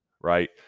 right